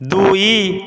ଦୁଇ